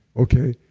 okay?